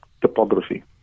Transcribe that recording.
topography